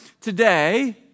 today